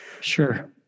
Sure